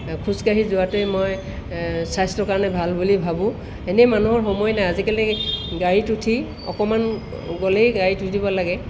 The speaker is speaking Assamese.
খোজকাঢ়ি যোৱাটোৱে মই স্বাস্থ্যৰ কাৰণে ভাল বুলি ভাবোঁ এনেই মানুহৰ সময় নাই আজিকালি গাড়ীত উঠি অকণমান গ'লেই গাড়ীত উঠিব লাগে